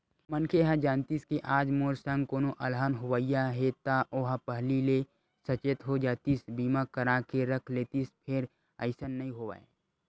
मनखे ह जानतिस के आज मोर संग कोनो अलहन होवइया हे ता ओहा पहिली ले सचेत हो जातिस बीमा करा के रख लेतिस फेर अइसन नइ होवय